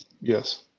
Yes